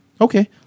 Okay